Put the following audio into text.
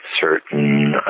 certain